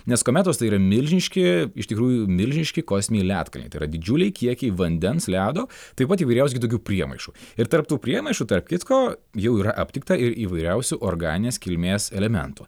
nes kometos tai yra milžiniški iš tikrųjų milžiniški kosminiai ledkalniai tai yra didžiuliai kiekiai vandens ledo taip pat įvairiausių kitokių priemaišų ir tarp tų priemaišų tarp kitko jau yra aptikta ir įvairiausių organinės kilmės elementų